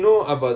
why